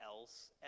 else